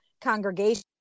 congregation